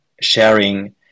sharing